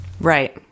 Right